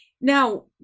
Now